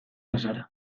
bazara